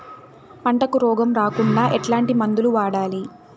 పంటకు రోగం రాకుండా ఎట్లాంటి మందులు వాడాలి?